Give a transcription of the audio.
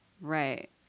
Right